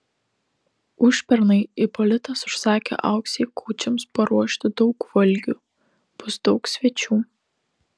užpernai ipolitas užsakė auksei kūčioms paruošti daug valgių bus daug svečių